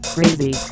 Crazy